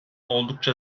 oldukça